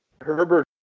Herbert